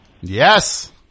yes